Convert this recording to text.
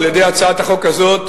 על-ידי הצעת החוק הזאת,